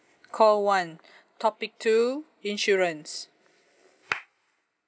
call one topic two insurance